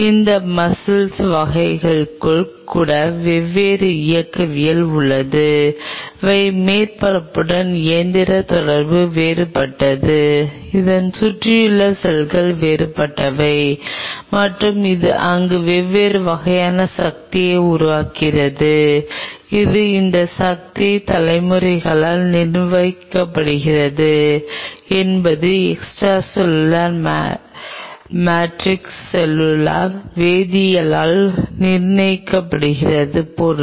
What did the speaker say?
இந்த மஸ்ஸிள் வகைக்குள்ளும் கூட வெவ்வேறு இயக்கவியல் உள்ளது அவை மேற்பரப்புடன் இயந்திர தொடர்பு வேறுபட்டது அதன் சுற்றியுள்ள செல்கள் வேறுபட்டவை மற்றும் அது அங்கு வெவ்வேறு வகையான சக்திகளை உருவாக்குகிறது இது இந்த சக்தி தலைமுறையால் நிர்வகிக்கப்படுகிறது என்பது எக்ஸ்ட்ரா செல்லுலார் மேட்ரிக்ஸ் செல்லுலார் வேதியியலால் நிர்வகிக்கப்படுகிறது பொருட்கள்